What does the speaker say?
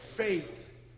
Faith